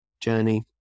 journey